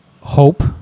hope